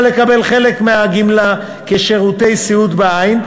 לקבל חלק מהגמלה כשירותי סיעוד בעין,